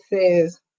says